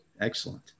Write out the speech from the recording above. Excellent